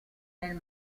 nel